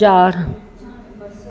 चारि